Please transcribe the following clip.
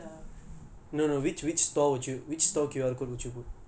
I know it should just it should be a good tattoo which detects all the